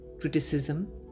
Criticism